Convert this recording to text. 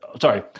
sorry